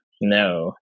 No